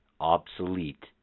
obsolete